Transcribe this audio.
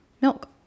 milk